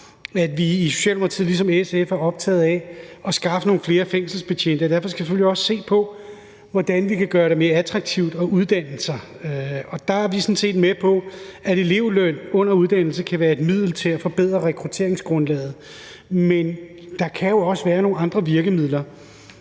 at vi i Socialdemokratiet, ligesom SF, er optaget af at skaffe nogle flere fængselsbetjente. Derfor skal vi selvfølgelig også se på, hvordan vi kan gøre det mere attraktivt at uddanne sig, og der er vi er sådan set med på, at elevløn under uddannelse kan være et middel til at forbedre rekrutteringsgrundlaget. Men der kan jo også være nogle andre virkemidler,